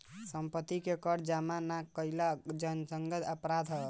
सम्पत्ति के कर जामा ना कईल जघन्य अपराध ह